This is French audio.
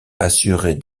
assuraient